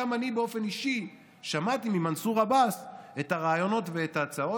גם אני באופן אישי שמעתי ממנסור עבאס את הרעיונות ואת ההצעות,